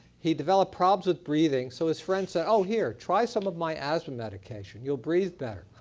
he developed problems with breathing, so his friend said ah here, try some of my asthma medication, you'll breathe better.